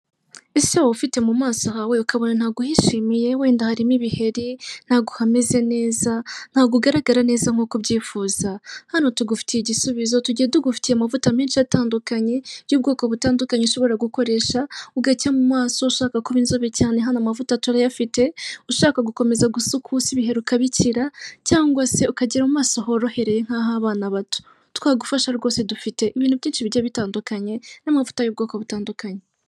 Ese waba ufite mu maso hawe ukabona ntaguhishimiye wenda harimo ibiheri, ntago hameze neza, ntago ugaragara neza nk'uko ubyifuza, hano tugufitiye igisubizo tugiye tugufitiye amavuta menshi atandukanye y'ubwoko butandukanye ushobora gukoresha ugacya mu maso ushaka kuba inzobe cyane hano amavuta turayafite, ushaka gukomeza gusukusa ibiheri ukabikira, cyangwa se ukagira mu maso horohereye nkah' abana bato. Twagufasha rwose dufite ibintu byinshi bigiye bitandukanye n'amavuta y'uko butandukanye.